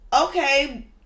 okay